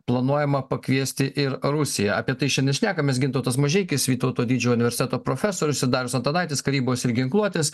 planuojama pakviesti ir rusiją apie tai šiandien šnekamės gintautas mažeikis vytauto didžiojo universiteto profesorius ir darius antanaitis karybos ir ginkluotės